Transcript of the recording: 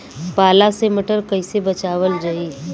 पाला से मटर कईसे बचावल जाई?